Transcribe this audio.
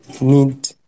need